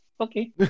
okay